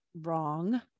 wrong